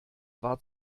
war